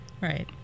Right